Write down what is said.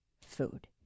food